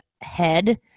head